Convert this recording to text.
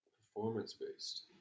Performance-based